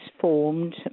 formed